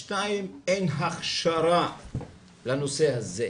שניים, אין הכשרה לנושא הזה.